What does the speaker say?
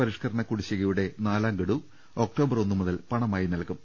പരിഷ്കരണ കുടിശ്ശികയുടെ നാലാം ഗഡു ഒക്ടോബർ ഒന്നുമുതൽ പണ മായി നൽകും